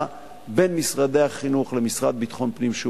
בין משרד החינוך למשרד לביטחון פנים,